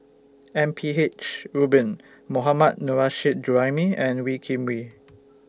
M P H Rubin Mohammad Nurrasyid Juraimi and Wee Kim Wee